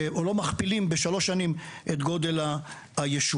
או לא מכפילים בשלוש שנים את גודל היישוב.